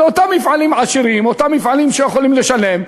לאותם מפעלים עשירים, אותם מפעלים שיכולים לשלם.